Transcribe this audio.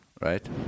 right